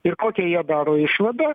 ir kokią jie daro išvadą